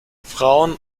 frauen